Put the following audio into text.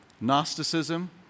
Gnosticism